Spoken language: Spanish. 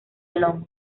long